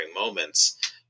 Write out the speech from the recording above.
moments